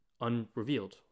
unrevealed